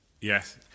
Yes